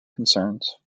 concerns